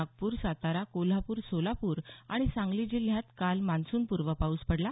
नागपूर सातारा कोल्हापूर सोलापूर आणि सांगली जिल्ह्यात काल मान्सूनपूर्व पाऊस पडला